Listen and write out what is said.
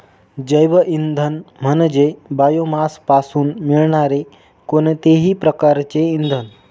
जैवइंधन म्हणजे बायोमासपासून मिळणारे कोणतेही प्रकारचे इंधन